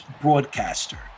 broadcaster